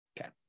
Okay